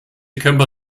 camper